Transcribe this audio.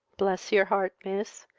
bless your heart, miss,